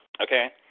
Okay